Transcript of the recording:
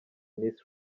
miss